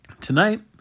Tonight